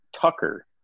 Tucker